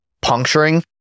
puncturing